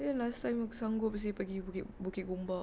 ya last time aku sanggup seh pergi bukit bukit gombak